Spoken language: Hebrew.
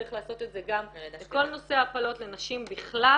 צריך לעשות את זה גם בכל נושא ההפלות לנשים בכלל.